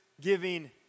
giving